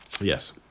Yes